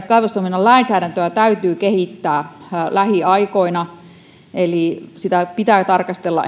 kaivostoiminnan lainsäädäntöä täytyy kehittää lähiaikoina eli ihan kaivoslakia pitää tarkastella